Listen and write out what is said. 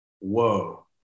whoa